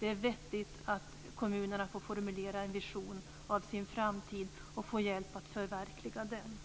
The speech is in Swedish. Vidare är det vettigt att kommunerna får formulera en vision om sin framtid och få hjälp med att förverkliga den.